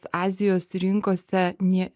azijos rinkose ne